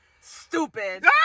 Stupid